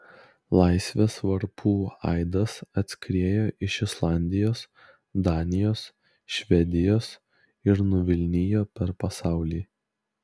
laisvės varpų aidas atskriejo iš islandijos danijos švedijos ir nuvilnijo per pasaulį